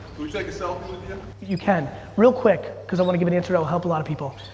we take a selfie with you? you can. real quick cause i wanna give an answer that'll help a lot of people.